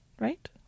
right